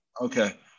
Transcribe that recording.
Okay